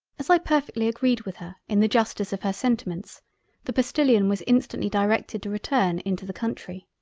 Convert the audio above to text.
as i perfectly agreed with her in the justice of her sentiments the postilion was instantly directed to return into the country.